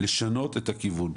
לשנות את הכיוון.